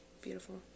beautiful